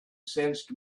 sensed